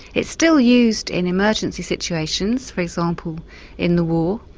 it's still used in emergency situations, for example in the war.